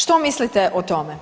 Što mislite o tome?